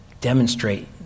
demonstrate